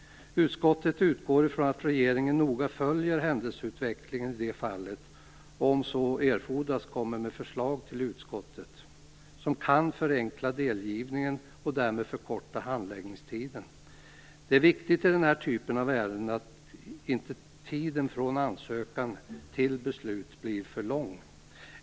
Utskottet utgår från att regeringen noga följer händelseutvecklingen i det fallet och om så erfordras kommer med förslag till utskottet som kan förenkla delgivningen och därmed förkorta handläggningstiden. Det är viktigt i denna typ av ärenden att tiden från ansökan till beslut inte blir för lång.